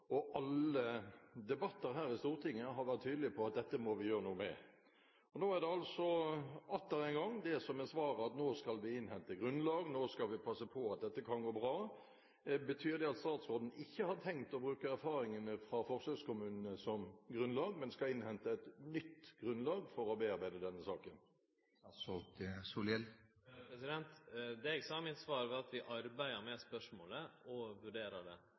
og alle debatter her i Stortinget har vært tydelige på at dette må vi gjøre noe med. Nå er det altså atter en gang det som er svaret, at nå skal vi innhente grunnlag, nå skal vi passe på at dette går bra. Betyr det at statsråden ikke har tenkt å bruke erfaringene fra forsøkskommunene som grunnlag, men skal innhente et nytt grunnlag for å bearbeide denne saken? Det eg sa i mitt svar, var at vi arbeider med spørsmålet og vurderer det,